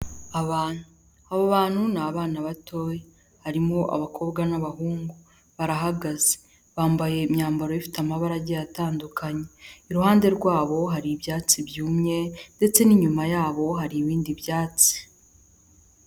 Abantu, abo bantu ni abana batoya harimo abakobwa n'abahungu, barahagaze bambaye imyambaro ifite amabara agiye atandukanye, iruhande rwabo hari ibyatsi byumye ndetse n'inyuma yabo hari ibindi byatsi.